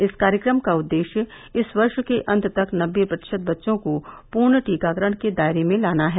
इस कार्यक्रम का उद्देश्य इस वर्ष के अंत तक नबे प्रतिशत बच्चों को पूर्ण टीकाकरण के दायरे में लाना है